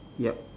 yup